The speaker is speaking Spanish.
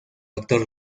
actor